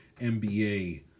NBA